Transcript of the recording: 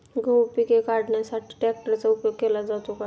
गहू पिके कापण्यासाठी ट्रॅक्टरचा उपयोग केला जातो का?